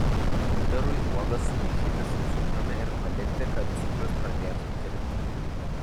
įdarui uogas sumaišyti su cukrumi ir palikti kad cukrus pradėtų tirpti